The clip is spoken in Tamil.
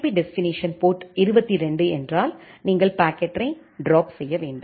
பி டெஸ்டினேஷன் போர்ட் 22 என்றால் நீங்கள் பாக்கெட்டை ட்ராப் செய்ய வேண்டும்